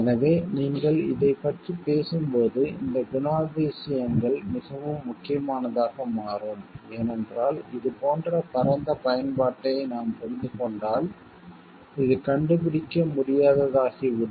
எனவே நீங்கள் இதைப் பற்றி பேசும்போது இந்த குணாதிசயங்கள் மிகவும் முக்கியமானதாக மாறும் ஏனென்றால் இதுபோன்ற பரந்த பயன்பாட்டை நாம் புரிந்து கொண்டால் இது கண்டுபிடிக்க முடியாததாகிவிடும்